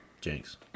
Jinx